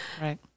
Right